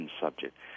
subject